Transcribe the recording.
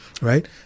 right